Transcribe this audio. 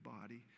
body